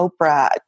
Oprah